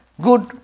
good